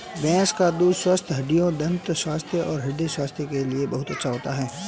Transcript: भैंस का दूध स्वस्थ हड्डियों, दंत स्वास्थ्य और हृदय स्वास्थ्य के लिए बहुत अच्छा है